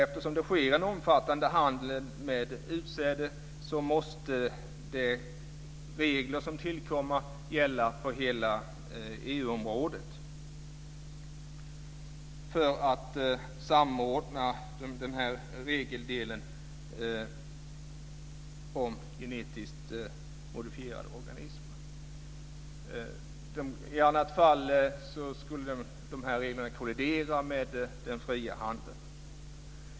Eftersom det sker en omfattande handel med utsäde måste de regler som tillkommer gälla för hela EU-området för att reglerna om genetiskt modifierade organismer ska samordnas. I annat fall skulle reglerna kollidera med den fria handeln.